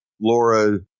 Laura